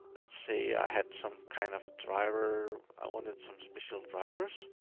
let's say i had some kind of a driver, i wanted some special drivers.